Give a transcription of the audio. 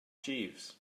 jeeves